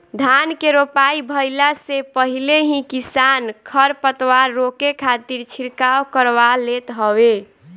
धान के रोपाई भइला से पहिले ही किसान खरपतवार रोके खातिर छिड़काव करवा लेत हवे